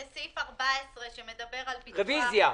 לסעיף 14 שמדבר על ביצוע החוק.